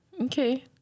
Okay